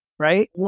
right